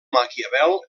maquiavel